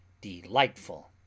delightful